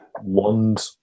wand